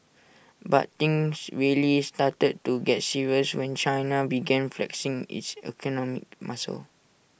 but things really started to get serious when China began flexing its economic muscle